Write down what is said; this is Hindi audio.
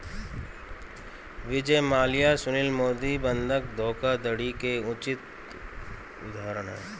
विजय माल्या सुशील मोदी बंधक धोखाधड़ी के उचित उदाहरण है